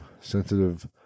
sensitive